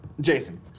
Jason